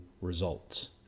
results